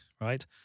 right